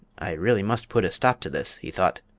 i really must put a stop to this, he thought.